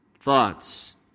thoughts